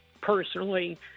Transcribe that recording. personally